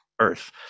earth